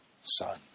son